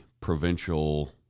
provincial